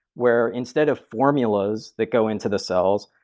where instead of formulas that go into the cells,